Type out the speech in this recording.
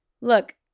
look